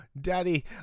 daddy